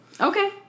Okay